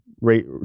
rate